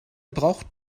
braucht